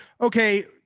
okay